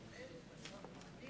אדוני.